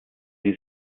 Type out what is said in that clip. die